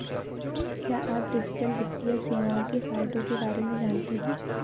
क्या आप डिजिटल वित्तीय सेवाओं के फायदों के बारे में जानते हैं?